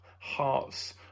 hearts